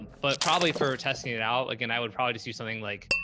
but probably for testing it out, like, and i would probably just use something like.